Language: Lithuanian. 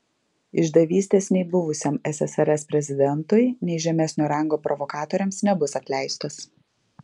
išdavystės nei buvusiam ssrs prezidentui nei žemesnio rango provokatoriams nebus atleistos